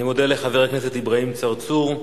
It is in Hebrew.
אני מודה לחבר הכנסת אברהים צרצור.